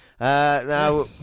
Now